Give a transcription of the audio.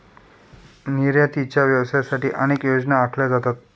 निर्यातीच्या व्यवसायासाठी अनेक योजना आखल्या जातात